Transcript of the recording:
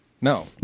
No